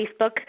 Facebook